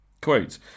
Quote